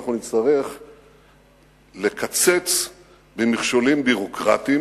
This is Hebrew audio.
נצטרך לקצץ במכשולים ביורוקרטיים